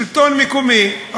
שלטון מקומי,